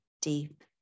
deep